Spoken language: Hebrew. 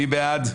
מי בעד?